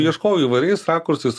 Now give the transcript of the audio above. ieškojau įvairiais rakursais